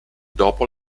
dopo